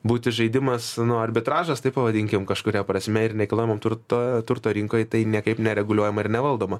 būti žaidimas arbitražas taip pavadinkim kažkuria prasme ir nekilnojamo turto turto rinkoj tai niekaip nereguliuojama ir nevaldoma